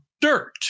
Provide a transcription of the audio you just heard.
DIRT